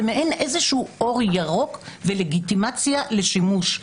זה מעין איזשהו אור ירוק ולגיטימציה לשימוש.